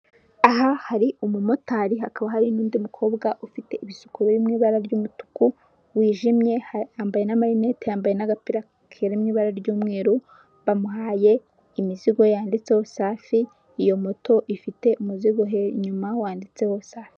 Aha hari umumotari hakaba hari n'undi mukobwa ufite ibisuko birimo ibara ry'umutuku wijimye ,yambaye n'amarinete, yambaye n'agapira kari mu ibara ry'umweru, bamuhaye imizigo yanditseho safi, iyo moto ifite umuzigo inyuma wanditseho safi.